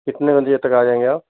कितने बजे तक आ जाएँगे आप